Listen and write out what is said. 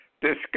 discuss